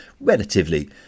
relatively